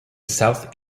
south